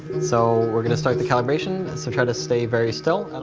so we're gonna start the calibration, so try to stay very still.